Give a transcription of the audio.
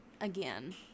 again